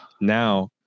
Now